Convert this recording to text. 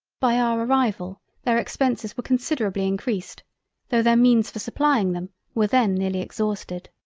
by our arrival their expenses were considerably encreased tho' their means for supplying them were then nearly exhausted.